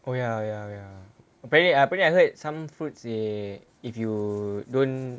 oh ya ya ya apa dia apa I heard some fruits eh if you don't